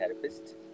therapist